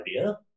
idea